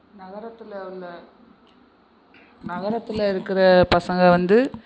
நகரத்தில் உள்ள நகரத்தில் இருக்கிற பசங்க வந்து